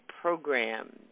programs